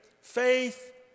faith